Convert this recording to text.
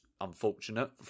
unfortunate